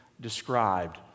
described